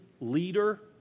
leader